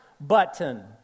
button